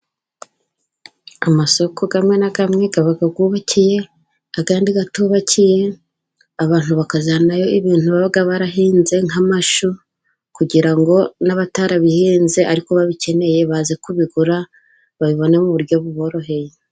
Amasoko amwe n'amwe aba yubakiye andi atubakiye. Abantu bakajyanayo ibintu baba barahinze nk'amashu kugira ngo n'abatarabihinze ariko babikeneye baze kubigura babibone mu buryo buboroheye.